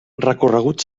recorregut